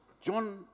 John